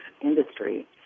industry